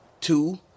two